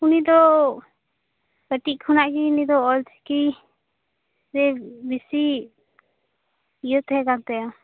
ᱩᱱᱤᱫᱚ ᱠᱟ ᱴᱤᱡ ᱠᱷᱚᱱᱟᱜ ᱜᱮ ᱩᱱᱤᱫᱚ ᱚᱞᱪᱤᱠᱤ ᱨᱮ ᱵᱤᱥᱤ ᱤᱭᱟ ᱛᱟᱦᱮᱸ ᱠᱟᱱᱛᱟᱭᱟ